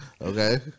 Okay